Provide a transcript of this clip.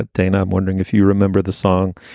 ah dana, i'm wondering if you remember the song